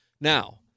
now